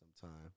sometime